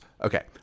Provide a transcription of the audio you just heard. Okay